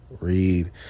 Read